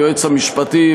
היועץ המשפטי,